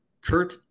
Kurt